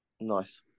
Nice